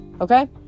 okay